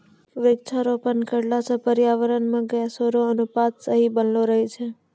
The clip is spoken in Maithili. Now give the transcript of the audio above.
वृक्षारोपण करला से पर्यावरण मे गैसो रो अनुपात सही बनलो रहै छै